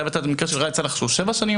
אתה הבאת את המקרה של ראאד סלאח שהוא שבע שנים,